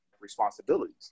responsibilities